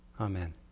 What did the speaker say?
Amen